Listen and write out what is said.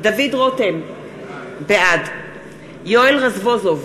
דוד רותם, בעד יואל רזבוזוב,